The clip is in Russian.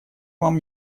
вам